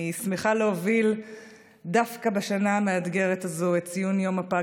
אני שמחה להוביל דווקא בשנה המאתגרת הזאת את ציון יום הפג